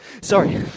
Sorry